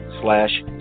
slash